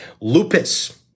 Lupus